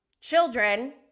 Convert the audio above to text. children